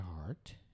heart